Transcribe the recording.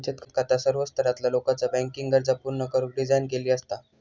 बचत खाता सर्व स्तरातला लोकाचा बँकिंग गरजा पूर्ण करुक डिझाइन केलेली असता